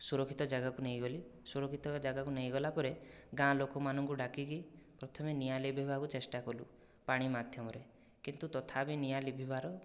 ସୁରକ୍ଷିତ ଜାଗାକୁ ନେଇଗଲି ସୁରକ୍ଷିତ ଜାଗାକୁ ନେଇଗଲା ପରେ ଗାଁ ଲୋକମାନଙ୍କୁ ଡାକିକି ପ୍ରଥମେ ନିଆଁ ଲିଭାଇବାକୁ ଚେଷ୍ଟା କଲୁ ପାଣି ମାଧ୍ୟମରେ କିନ୍ତୁ ତଥାପି ନିଆଁ ଲିଭିବାର